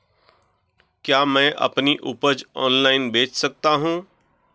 क्या मैं अपनी उपज ऑनलाइन बेच सकता हूँ?